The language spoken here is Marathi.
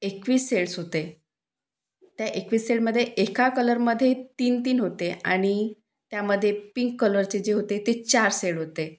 एकवीस सेड्स होते त्या एकवीस शेडमध्ये एका कलरमध्ये तीन तीन होते आणि त्यामध्ये पिंक कलरचे जे होते ते चार शेड होते